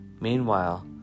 Meanwhile